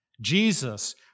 Jesus